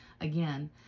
again